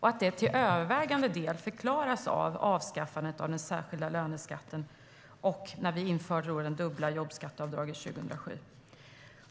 och att det till övervägande del förklaras av avskaffandet av den särskilda löneskatten när vi införde det dubbla jobbskatteavdraget 2007.